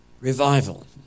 revival